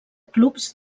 clubs